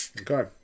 Okay